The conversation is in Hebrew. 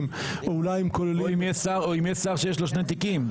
או אולי הם כוללים --- או אם יש שר שיש לו שני תיקים.